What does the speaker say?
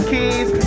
Keys